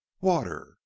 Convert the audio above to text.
water